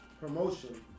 promotion